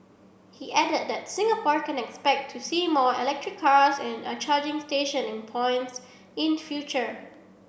he added that Singapore can expect to see more electric cars and are charging station and points in future